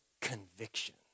conviction